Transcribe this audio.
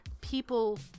people